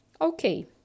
okay